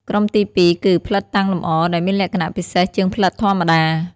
ក្រុមទីពីរគឺ ផ្លិតតាំងលម្អ ដែលមានលក្ខណៈពិសេសជាងផ្លិតធម្មតា។